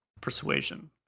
Persuasion